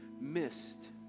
missed